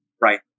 Right